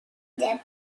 depp